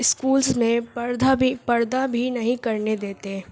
schools نے پردہ بھی پردہ بھی نہیں کرنے دیتے